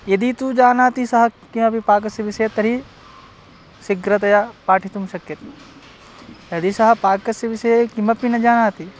यदि तु जानाति सः किमपि पाकस्य विषये तर्हि शीघ्रतया पाठितुं शक्यते यदि सः पाकस्य विषये किमपि न जानाति